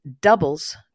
doubles